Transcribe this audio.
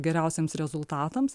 geriausiems rezultatams